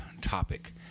topic